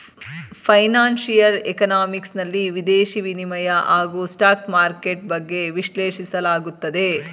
financial economics ನಲ್ಲಿ ವಿದೇಶಿ ವಿನಿಮಯ ಹಾಗೂ ಸ್ಟಾಕ್ ಮಾರ್ಕೆಟ್ ಬಗ್ಗೆ ವಿಶ್ಲೇಷಿಸಲಾಗುತ್ತದೆ